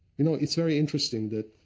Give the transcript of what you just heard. you know, it's very interesting that